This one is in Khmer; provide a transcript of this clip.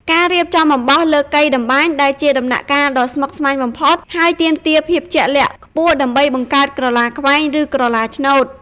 ការរៀបចំអំបោះលើកីតម្បាញ ដែលជាដំណាក់កាលដ៏ស្មុគស្មាញបំផុត ហើយទាមទារភាពជាក់លាក់ខ្ពស់ដើម្បីបង្កើតក្រឡាខ្វែងឬក្រឡាឆ្នូត។